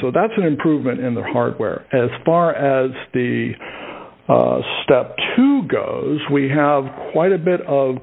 so that's an improvement in the hardware as far as the step two goes we have quite a bit of